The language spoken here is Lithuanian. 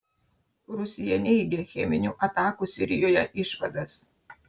rusija neigia cheminių atakų sirijoje išvadas